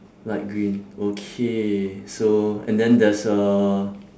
light green okay so and then there's a